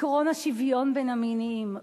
עקרון השוויון בין המינים.